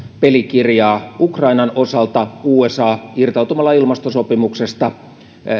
pelikirjaa ukrainan osalta usa irtautumalla ilmastosopimuksesta